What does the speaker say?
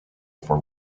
for